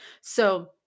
So-